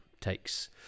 takes